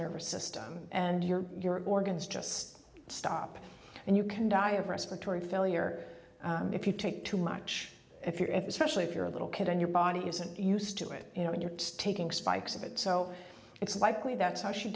nervous system and your organs just stop and you can die of respiratory failure if you take too much if you're if especially if you're a little kid and your body isn't used to it you know if you're taking spikes of it so it's likely that's how she